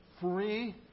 free